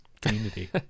community